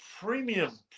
premium